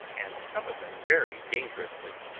and some of them very dangerously.